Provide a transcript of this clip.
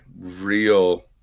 real